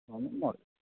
ହଁ ମ